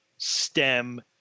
stem